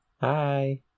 hi